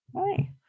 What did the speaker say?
Hi